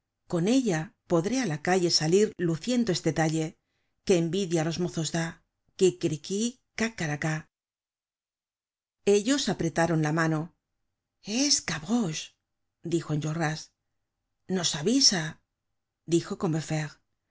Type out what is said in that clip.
con ella podré á la calle salir luciendo este talle que envidia á los mozos da quiquiriquí cacaraca ellos se apretaron la mano es gavroche dijo enjolras nos avisa dijo